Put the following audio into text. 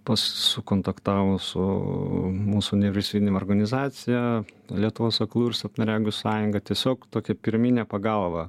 pas sukontaktavo su mūsų nevyriausybinėm organizacija lietuvos aklųjų ir silpnaregių sąjunga tiesiog tokią pirminę pagalbą